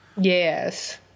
Yes